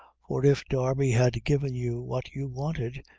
for if darby had given you what you wanted,